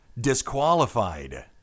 disqualified